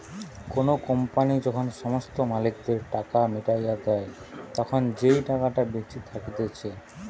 কোনো কোম্পানি যখন সমস্ত মালিকদের টাকা মিটাইয়া দেই, তখন যেই টাকাটা বেঁচে থাকতিছে